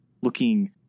looking